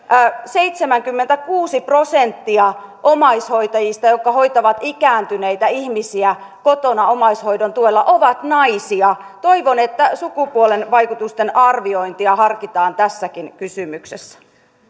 seitsemänkymmentäkuusi prosenttia omaishoitajista jotka hoitavat ikääntyneitä ihmisiä kotona omaishoidon tuella on naisia toivon että sukupuolivaikutusten arviointia harkitaan tässäkin kysymyksessä